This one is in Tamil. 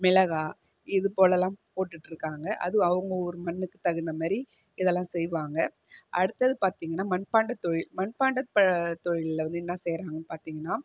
மிளகாய் இது போலெலாம் போட்டுட்டுருக்காங்க அதுவும் அவங்க ஊர் மண்ணுக்குத் தகுந்தமாதிரி இதெல்லாம் செய்வாங்க அடுத்தது பார்த்தீங்கன்னா மண்பாண்டத்தொழில் மண்பாண்ட ப தொழிலில் வந்து என்ன செய்கிறாங்கன்னு பார்த்தீங்கன்னா